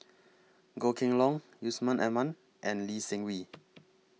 Goh Kheng Long Yusman Aman and Lee Seng Wee